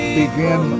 begin